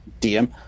DM